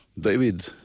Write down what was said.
David